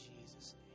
Jesus